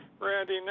Randy